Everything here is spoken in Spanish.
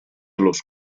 los